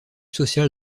social